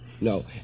No